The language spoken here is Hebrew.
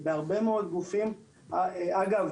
אגב,